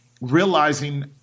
realizing